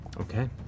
Okay